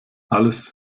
alles